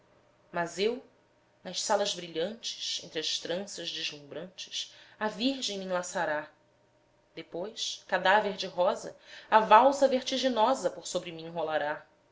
mas eu nas salas brilhantes entre as tranças deslumbrantes a virgem me enlaçará depois cadáver de rosa a valsa vertiginosa por sobre mim rolará